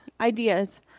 ideas